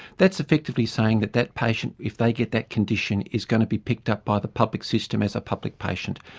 that's effectively saying that that patient, if they get that condition, is going to be picked up by the public system as a public patient.